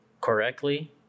correctly